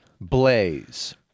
Blaze